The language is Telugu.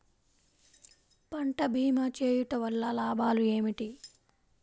పంట భీమా చేయుటవల్ల లాభాలు ఏమిటి?